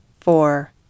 four